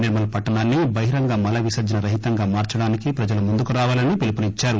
నిర్మల్ పట్ణాన్ని బహిరంగ మల విసర్హన రహితంగా మార్చడానికి ప్రజలు ముందుకు రావాలని పిలుపునిచ్చారు